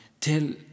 Tell